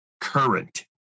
current